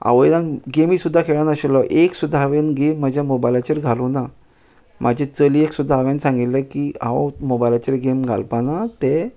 हांवें गेमी सुद्दां खेळनाशिल्लो एक सुद्दां हांवें गेम म्हज्या मोबायलाचेर घालूं ना म्हाजे चलयेक सुद्दां हांवें सांगिल्लें की हांव मोबायलाचेर गेम घालपा ना तें